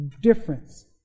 difference